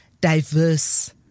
diverse